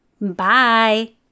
Bye